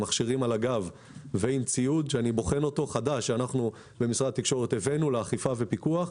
מכשירים על הגב ועם ציוד חדש שאני בוחן אותו שהבנו לאכיפה ופיקוח.